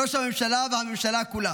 ראש הממשלה והממשלה כולה,